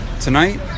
tonight